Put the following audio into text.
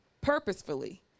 purposefully